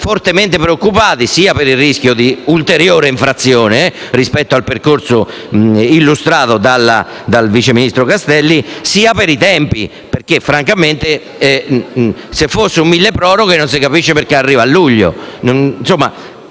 fortemente preoccupati sia per il rischio di ulteriore infrazione rispetto al percorso illustrato dal sottosegretario Castelli, sia per i tempi, perché francamente, se fosse un mille proroghe, non si capisce perché arriva nel